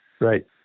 right